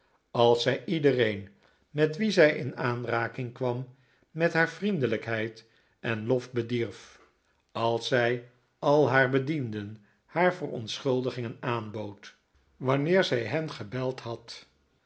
als zij iedereen met wien zij in aanraking kwam met haar vriendelijkheid en lof bedierf als zij al haar bedienden haar verontschuldigingen aanbood wanneer zij hen gebeld had